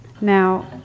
Now